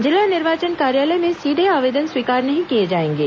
जिला निर्वाचन कार्यालय में सीधे आवेदन स्वीकार नहीं किए जाएंगे